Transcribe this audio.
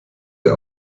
dir